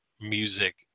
music